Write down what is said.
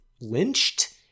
lynched